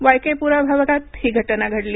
Y के पुरा भागात ही घटना घडली